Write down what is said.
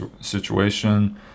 situation